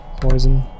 poison